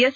S